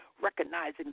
Recognizing